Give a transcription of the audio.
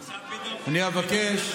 אבקש,